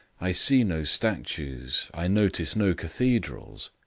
i see no statues. i notice no cathedrals.